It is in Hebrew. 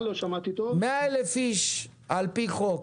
100 אלף איש על-פי חוק,